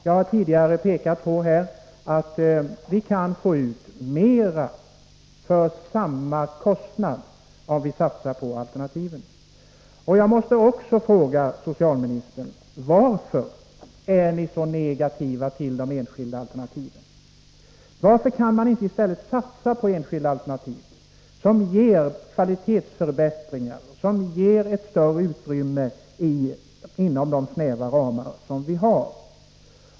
Jag har tidigare pekat på att vi kan få ut mera för samma kostnad om vi satsar på alternativen. Jag måste också fråga socialministern: Varför är ni så negativa till de enskilda alternativen? Varför kan man inte satsa på enskilda alternativ, som ger kvalitetsförbättringar, som ger ett större utrymme inom de snäva ramar som vi har?